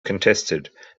contested